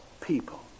people